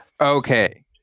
Okay